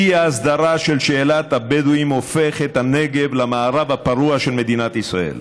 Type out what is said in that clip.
האי-הסדרה של שאלת הבדואים הופכת את הנגב למערב הפרוע של מדינת ישראל.